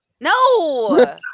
No